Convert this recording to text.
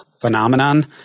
phenomenon